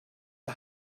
are